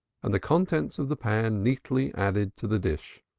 and the contents of the pan neatly added to the dish.